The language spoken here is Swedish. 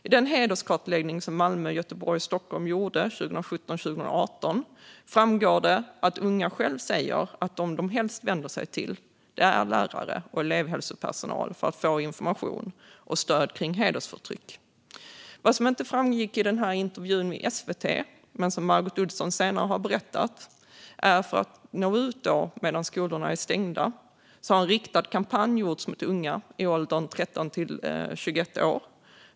I den hederskartläggning som Malmö, Göteborg och Stockholm gjorde 2017-2018 framgår det att unga själva säger att de helst vänder sig till lärare och elevhälsopersonal för att få information och stöd när det gäller hedersförtryck. Vad som inte framgick i intervjun i SVT, men som Margot Olsson senare har berättat, är att man för att nå ut medan skolorna är stängda har riktat en kampanj via sociala medier till unga i åldern 13-21 år.